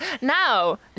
Now